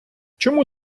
чому